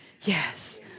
Yes